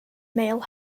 male